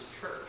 church